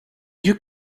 you